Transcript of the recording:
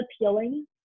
appealing